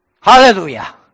Hallelujah